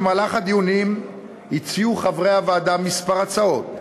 במהלך הדיונים הציעו חברי הוועדה כמה הצעות,